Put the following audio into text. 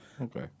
Okay